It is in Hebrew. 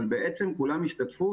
אבל בעצם כולם השתתפו.